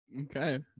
Okay